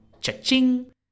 Cha-ching